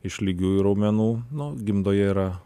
iš lygiųjų raumenų nu gimdoje yra